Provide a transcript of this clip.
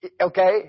Okay